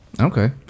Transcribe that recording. Okay